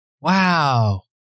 wow